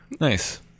Nice